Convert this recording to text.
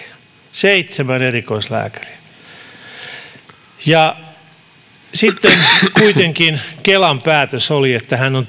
seitsemän erikoislääkäriä sitten kuitenkin kelan päätös oli että hän on